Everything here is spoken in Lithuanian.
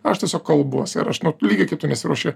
aš tiesiog kalbuosi ir aš lygiai kaip tu nesiruoši